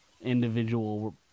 individual